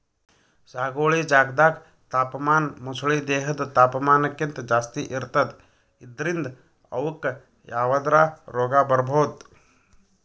ಸಾಗುವಳಿ ಜಾಗ್ದಾಗ್ ತಾಪಮಾನ ಮೊಸಳಿ ದೇಹದ್ ತಾಪಮಾನಕ್ಕಿಂತ್ ಜಾಸ್ತಿ ಇರ್ತದ್ ಇದ್ರಿಂದ್ ಅವುಕ್ಕ್ ಯಾವದ್ರಾ ರೋಗ್ ಬರ್ಬಹುದ್